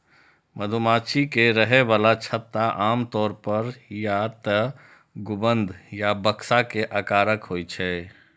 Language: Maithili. मधुमाछी के रहै बला छत्ता आमतौर पर या तें गुंबद या बक्सा के आकारक होइ छै